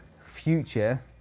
future